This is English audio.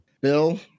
Bill